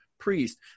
priest